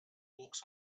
walks